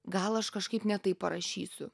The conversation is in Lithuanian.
gal aš kažkaip ne taip parašysiu